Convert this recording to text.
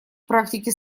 практике